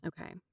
Okay